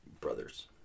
brothers